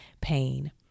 pain